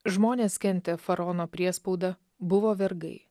žmonės kentė faraono priespaudą buvo vergai